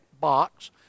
box